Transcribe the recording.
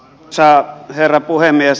arvoisa herra puhemies